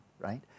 right